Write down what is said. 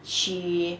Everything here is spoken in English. she